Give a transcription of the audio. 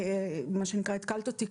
התקלת אותי.